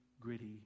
Gritty